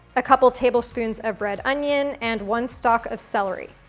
a couple tablespoons of red onion, and one stalk of celery.